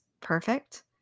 perfect